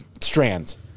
strands